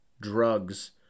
drugs